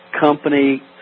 company